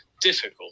difficult